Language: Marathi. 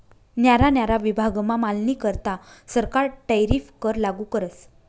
न्यारा न्यारा विभागमा मालनीकरता सरकार टैरीफ कर लागू करस